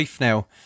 now